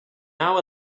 hour